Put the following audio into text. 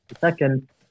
second